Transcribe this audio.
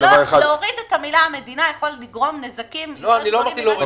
להוריד את המילה "מדינה" יכול לגרום נזקים -- לא אמרתי להוריד,